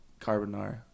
carbonara